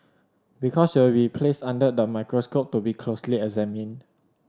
because you will replaced under the microscope to be closely examined